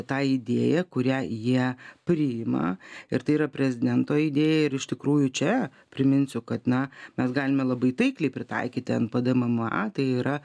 tą idėją kurią jie priima ir tai yra prezidento idėja ir iš tikrųjų čia priminsiu kad na mes galime labai taikliai pritaikyti npd mma tai yra